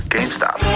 GameStop